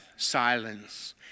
Silence